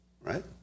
Right